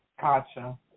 gotcha